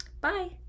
bye